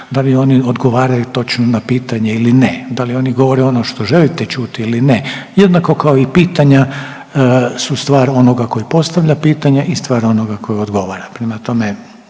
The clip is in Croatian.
da li oni odgovaraju točno na pitanje ili ne, da li oni govore ono što želite čuti ili ne jednako kao i pitanja su stvar onoga koji postavlja pitanja i stvar onoga koji odgovara,